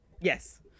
Yes